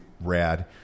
rad